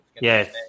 Yes